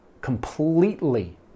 completely